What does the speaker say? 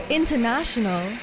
international